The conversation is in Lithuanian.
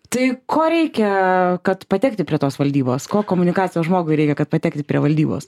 tai ko reikia kad patekti prie tos valdybos ko komunikacijos žmogui reikia kad patekti prie valdybos